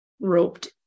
roped